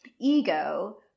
ego